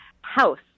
house